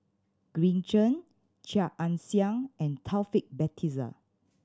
Green Zeng Chia Ann Siang and Taufik Batisah